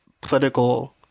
political